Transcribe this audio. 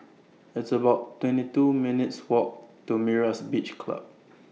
It's about twenty two minutes' Walk to Myra's Beach Club